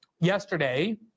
yesterday